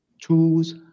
tools